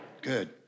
Good